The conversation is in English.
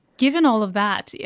given all of that, yeah